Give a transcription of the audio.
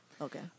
Okay